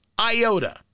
iota